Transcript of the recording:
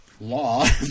law